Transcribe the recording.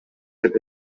деп